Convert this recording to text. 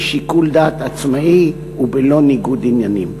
שיקול דעת עצמאי ובלא ניגוד עניינים.